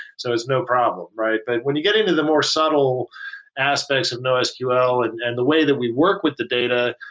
so it's no problem. but when you get into the more subtle aspects of nosql and and the way that we work with the data,